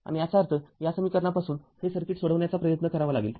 आणि याचा अर्थ या समीकरणापासून हे सर्किट सोडवण्याचा प्रयत्न करावा लागेल